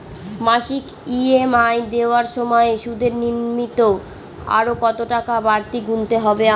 মাসিক ই.এম.আই দেওয়ার সময়ে সুদের নিমিত্ত আরো কতটাকা বাড়তি গুণতে হবে আমায়?